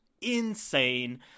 insane